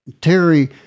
Terry